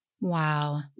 Wow